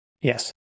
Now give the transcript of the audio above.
Yes